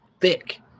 thick